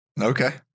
Okay